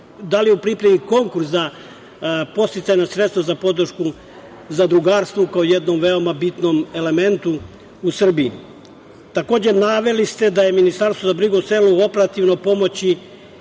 godine u pripremi konkurs za podsticajna sredstva za podršku zadrugarstvu, kao jednom veoma bitnom elementu u Srbiji? Takođe, naveli ste da će Ministarstvo za brigu o selu operativno pomoći